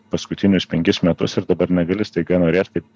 paskutinius penkis metus ir dabar negali staiga norėt kad